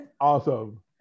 Awesome